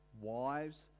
Wives